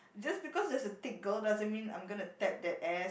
just because there is a thick girl doesn't mean I'm gonna tap that ass